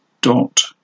Dot